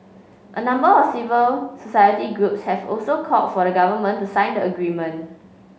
a number of civil society groups have also call for the government to sign the agreement